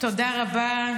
תודה רבה.